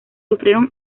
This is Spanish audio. sufrieron